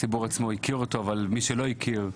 שהציבור הכיר אותו, אבל למי שלא הכיר,